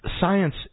science